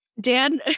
Dan